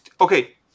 okay